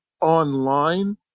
online